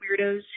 weirdos